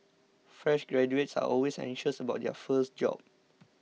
fresh graduates are always anxious about their first job